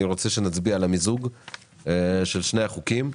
אני רוצה שנצביע על מיזוג שני החוקים.